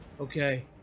Okay